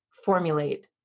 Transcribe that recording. formulate